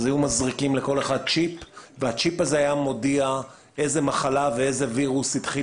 היו מזריקים לכל אחד צ'יפ שהיה מודיע איזו מחלה ואיזה וירוס התחיל